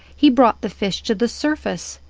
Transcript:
he brought the fish to the surface,